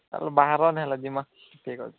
ଆର ବାହାରନ ହେଲେ ଜିମା ଠିକ୍ ଅଛି